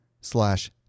slash